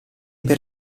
per